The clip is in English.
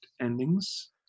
endings